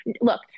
Look